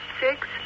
six